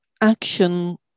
action